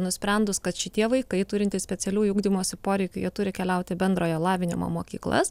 nusprendus kad šitie vaikai turintys specialiųjų ugdymosi poreikių jie turi keliaut į bendrojo lavinimo mokyklas